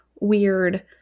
weird